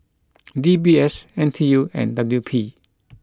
D B S N T U and W P